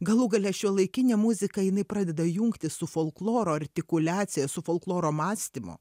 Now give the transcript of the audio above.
galų gale šiuolaikinė muzika jinai pradeda jungtis su folkloro artikuliacija su folkloro mąstymu